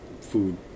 food